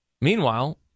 Meanwhile